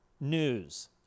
News